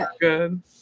good